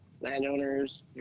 landowners